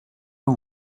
pas